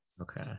Okay